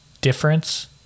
difference